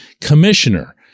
commissioner